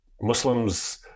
Muslims